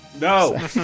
No